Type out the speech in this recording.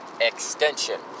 extension